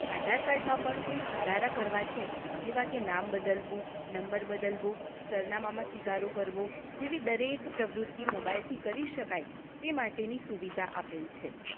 આધારકાર્ડમાં પણ કોઈ સુધારા કરવા છે જેવા કે નામ બદલવું નંબર બદલવો સરનામામાં સુધારો કરવો જેવી દરેક પ્રવૃત્તિ મોબાઈલથી કરી શકાય તે માટેની સુવિધા આપેલ છે